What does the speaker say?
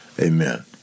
Amen